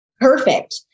perfect